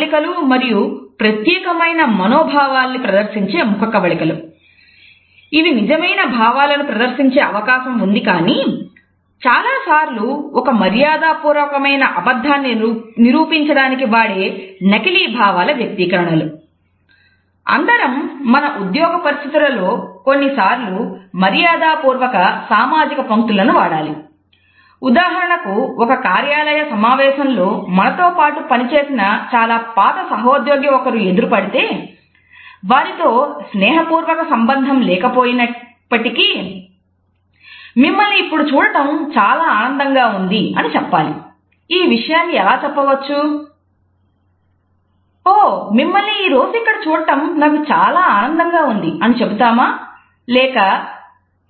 kinesics ను